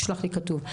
תשלח לי כתוב.